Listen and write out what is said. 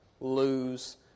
lose